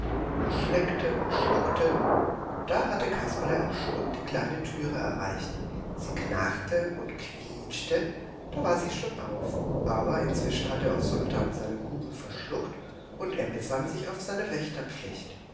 er schleckte und schluckte und da hatte kasperle auch schon die kleine türe erreicht sie knarrte und quietschte da war sie schon auf aber inzwischen hatte auch sultan seinen kuchen verschluckt und er besann sich auf seine